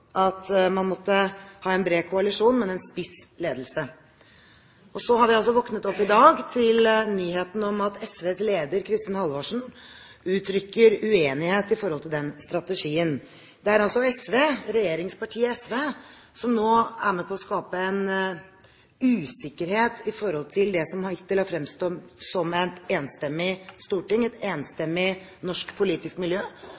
at man måtte ha en bred koalisjon, men en spiss ledelse. Og så har vi våknet opp i dag til nyheten om at SVs leder, Kristin Halvorsen, uttrykker uenighet i forhold til den strategien. Det er altså regjeringspartiet SV som nå er med på å skape en usikkerhet om det som hittil har fremstått som et enstemmig storting, et enstemmig norsk politisk miljø,